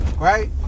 right